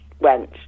went